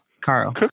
Carl